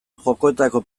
jokoetako